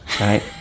right